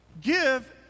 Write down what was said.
give